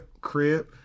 crib